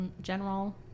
general